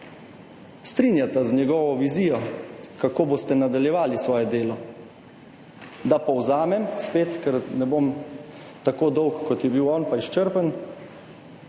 strinjata z njegovo vizijo, kako boste nadaljevali svoje delo. Da povzamem, spet, ker ne bom tako dolg in izčrpen,